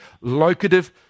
locative